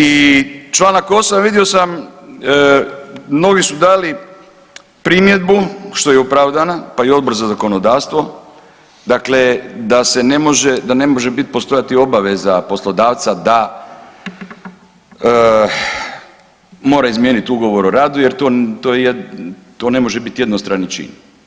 I čl. 8. vidio sam mnogi su dali primjedbu što je opravdana, pa i Odbor za zakonodavstvo da se može postojati obaveza poslodavca da mora izmijeniti ugovor o radu jer to ne može biti jednostrani čin.